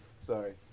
Sorry